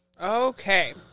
Okay